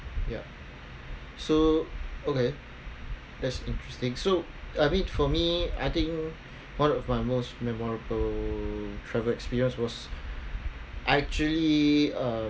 ya so okay that's interesting so I mean for me I think one of my most memorable travel experience was actually uh